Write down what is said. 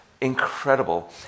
incredible